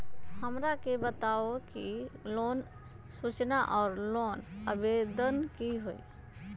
हमरा के बताव कि लोन सूचना और लोन आवेदन की होई?